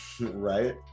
Right